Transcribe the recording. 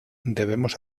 debemos